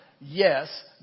yes